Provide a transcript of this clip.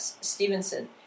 Stevenson